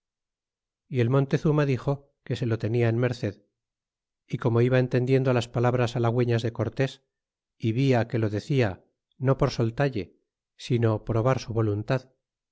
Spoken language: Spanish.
y el montezuma dixo que se lo tenia en merced y como iba entendiendo las palabras halagüeñas de cortes é via quejo decia no por soltalle sino probar su voluntad